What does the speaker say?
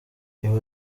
ibi